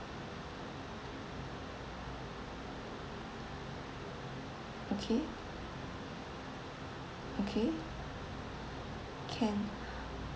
okay okay can